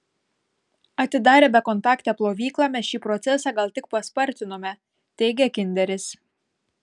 atidarę bekontaktę plovyklą mes šį procesą gal tik paspartinome teigia kinderis